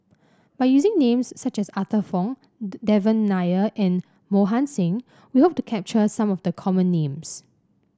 by using names such as Arthur Fong Devan Nair and Mohan Singh we hope to capture some of the common names